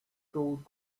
gold